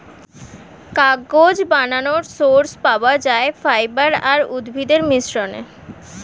কাগজ বানানোর সোর্স পাওয়া যায় ফাইবার আর উদ্ভিদের মিশ্রণে